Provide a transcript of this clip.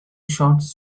shots